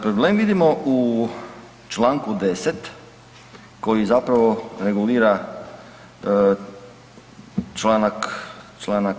Problem vidimo u čl. 10 koji zapravo regulira čl.